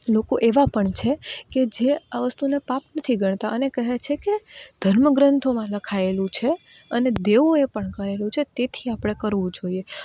લોકો એવા પણ છે કે જે આ વસ્તુને પાપ નથી ગણતા અને કહે છે કે ધર્મગ્રંથોમાં લખાયેલું છે અને દેવોએ પણ કહેલું છે તેથી આપણે કરવું જોઈએ